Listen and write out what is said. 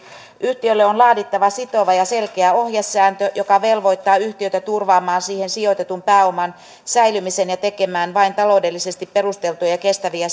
yhtiölle on laadittava sitova ja selkeä ohjesääntö joka velvoittaa yhtiötä turvaamaan siihen sijoitetun pääoman säilymisen ja tekemään vain taloudellisesti perusteltuja ja kestäviä